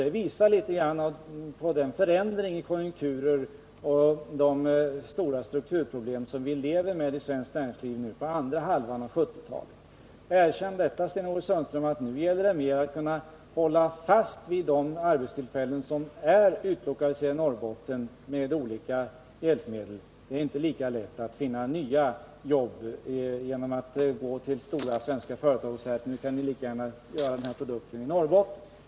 Det visar något litet de förändringar i konjunkturen och de stora strukturproblem som vi lever med i svenskt näringsliv under andra hälften av 1970-talet. Erkänn, Sten-Ove Sundström, att nu gäller det mer att med olika hjälpmedel hålla fast de arbetstillfällen som är utlokaliserade i Norrbotten. Det är inte lika lätt att nu finna nya jobb genom att gå till stora svenska företag och säga att de lika gärna kan göra den eller den produkten i Norrbotten.